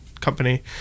company